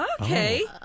okay